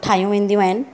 ठाहियूं वेंदियूं आहिनि